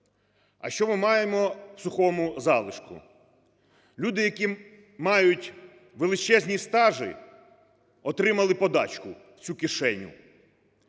А що ми маємо в сухому залишку? Людям, які мають величезні стажі, отримали подачку в цю кишеню,